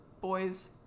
boys